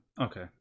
Okay